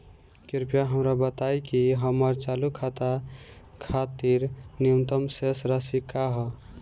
कृपया हमरा बताइं कि हमर चालू खाता खातिर न्यूनतम शेष राशि का ह